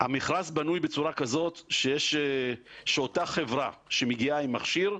המכרז בנוי בצורה כזאת שאותה חברה שמגיעה עם מכשיר,